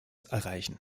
erreichen